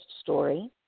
story